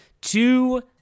two